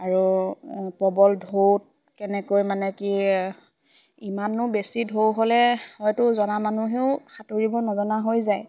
আৰু প্ৰবল ঢৌত কেনেকৈ মানে কি ইমানো বেছি ঢৌ হ'লে হয়তো জনা মানুহেও সাঁতুৰিবোৰ নজনা হৈ যায়